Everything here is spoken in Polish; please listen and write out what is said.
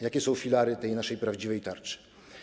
Jakie są filary tej naszej prawdziwej tarczy?